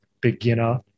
beginner